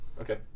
Okay